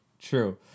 True